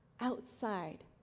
outside